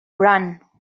run